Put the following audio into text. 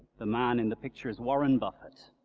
the man in the picture is warren buffett.